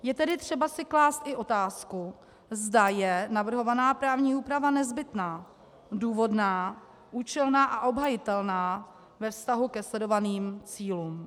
Je tedy třeba si klást i otázku, zda je navrhovaná právní úprava nezbytná, důvodná, účelná a obhajitelná ve vztahu ke sledovaným cílům.